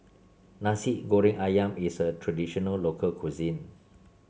Nasi Goreng ayam is a traditional local cuisine